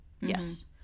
Yes